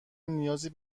نیازی